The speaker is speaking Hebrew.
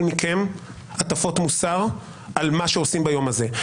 מכם הטפות מוסר על מה שעושים ביום הזה.